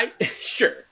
Sure